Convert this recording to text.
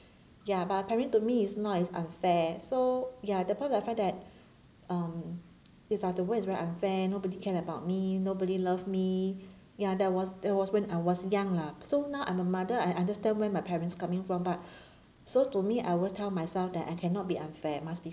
ya but appearing to me is not is unfair so ya that point I find that um is uh the world is very unfair nobody care about me nobody love me ya that was that was when I was young lah so now I'm a mother I understand where my parents coming from but so to me I will tell myself that I cannot be unfair must be